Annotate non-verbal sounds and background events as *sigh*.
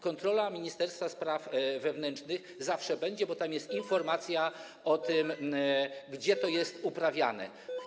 Kontrola ministerstwa spraw wewnętrznych zawsze będzie, bo tam jest informacja o tym, *noise* gdzie to jest uprawiane.